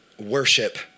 worship